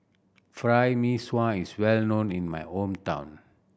Fried Mee Sua is well known in my hometown